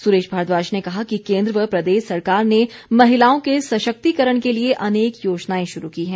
सुरेश भारद्वाज ने कहा कि केन्द्र व प्रदेश सरकार ने महिलाओं के सशक्तिकरण के लिए अनेक योजनाएं शुरू की है